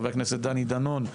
חבר הכנסת דני דנון,